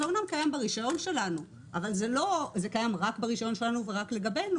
זה קיים רק ברישיון שלנו ורק לגבינו.